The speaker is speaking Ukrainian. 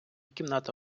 кімната